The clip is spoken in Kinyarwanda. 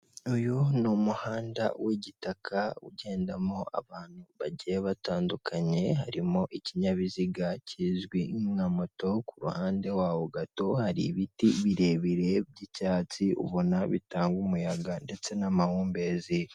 Uyu ni umuhanda w'igitaka ugendamo abantu bagiye batandukanye, harimo ikinyabiziga kizwi nka moto. Kuruhande waho gato hari ibiti birebire by'icyatsi ubona bitanga umuyaga ndetse n'amahumbezi.